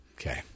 Okay